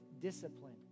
discipline